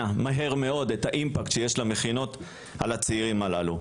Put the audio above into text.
מהר מאוד את האימפקט שיש למכינות על הצעירים הללו.